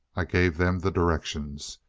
i gave them the directions.